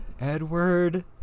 Edward